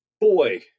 boy